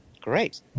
Great